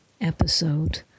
episode